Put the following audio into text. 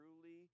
truly